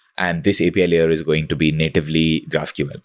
and this api layer is going to be natively graphql. but